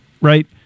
right